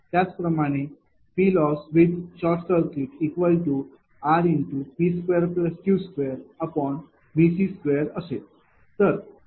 त्याचप्रमाणे PLossrP2Q2Vc2असेल